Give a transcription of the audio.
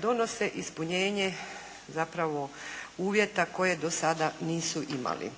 donose ispunjenje zapravo uvjeta koje do sada nisu imali.